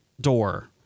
door